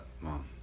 mom